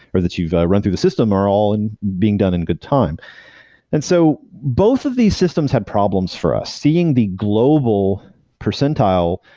or that you've run through the system are all and being done in a good time and so both of these systems had problems for us. seeing the global percentile,